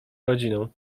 rodziną